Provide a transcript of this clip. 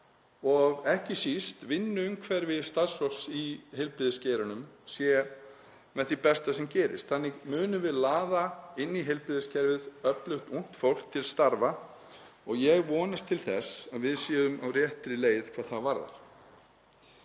og ekki síst að vinnuumhverfi starfsfólks í heilbrigðisgeiranum sé með því besta sem gerist. Þannig munum við laða inn í heilbrigðiskerfið öflugt ungt fólk til starfa og ég vonast til þess að við séum á réttri leið hvað það varðar.